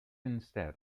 instead